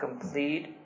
complete